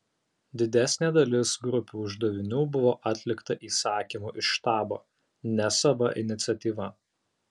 didesnė dalis grupių uždavinių buvo atlikta įsakymu iš štabo ne sava iniciatyva